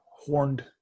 horned